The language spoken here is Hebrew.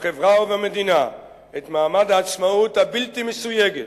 בחברה ובמדינה את מעמד העצמאות הבלתי-מסויגת,